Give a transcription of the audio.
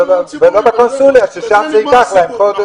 בזה נגמר הסיפור.